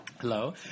Hello